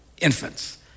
infants